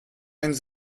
einen